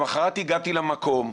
למחרת הגעתי למקום,